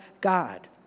God